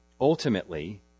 Ultimately